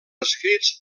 escrits